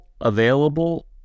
available